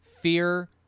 fear